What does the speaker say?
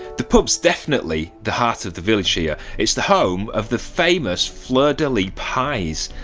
the pub's definitely the heart of the village here. it's the home of the famous fleur-de-lis pies,